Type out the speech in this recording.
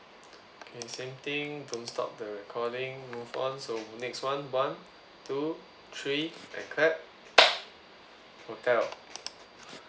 okay same thing don't stop the recording move on so next [one] one two three and clap hotel